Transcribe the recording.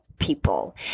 People